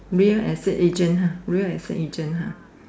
real exit agent [huh] real exit agent [huh]